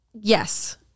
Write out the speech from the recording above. Yes